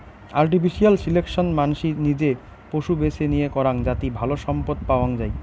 artificial selection মানসি নিজে পশু বেছে নিয়ে করাং যাতি ভালো সম্পদ পাওয়াঙ যাই